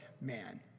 man